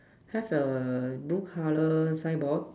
has a blue colour signboard